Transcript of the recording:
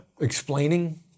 Explaining